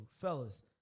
fellas